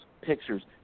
pictures